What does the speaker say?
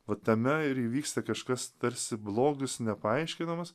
va tame ir įvyksta kažkas tarsi blogis nepaaiškinamas